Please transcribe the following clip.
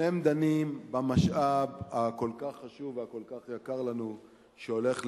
שניהם דנים במשאב הכל-כך יקר לנו שהולך לאיבוד,